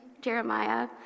Jeremiah